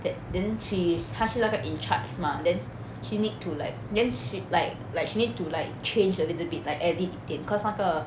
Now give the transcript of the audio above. that then she is 她是那个 in charge mah then she need to like then she like like she need to like change a little bit like edit 一点 because 那个